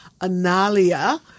Analia